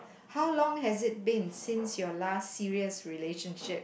how long has it been since your last serious relationship